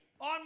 On